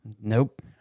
nope